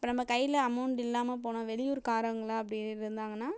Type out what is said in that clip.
இப்போ நம்ம கையில அமௌண்ட் இல்லாமல் போனால் வெளியூர்க்காரங்களாக அப்படி இருந்தாங்கனால்